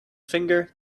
finger